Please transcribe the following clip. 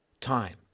time